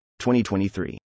2023